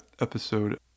episode